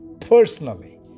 personally